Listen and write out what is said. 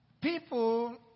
People